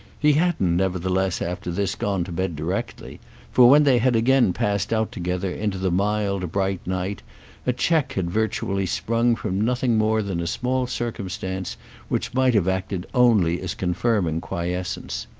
he hadn't nevertheless after this gone to bed directly for when they had again passed out together into the mild bright night a check had virtually sprung from nothing more than a small circumstance which might have acted only as confirming quiescence.